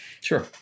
sure